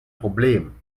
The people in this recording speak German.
problem